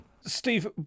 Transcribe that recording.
Steve